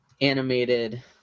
animated